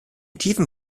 tiefen